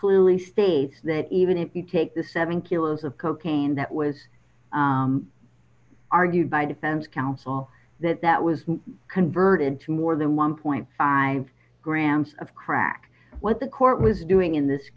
clearly states that even if you take the seven kilos of cocaine that was argued by defense counsel that that was converted to more than one point five grams of crack what the court was doing in this